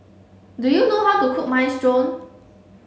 do you know how to cook Minestrone